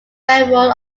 railroad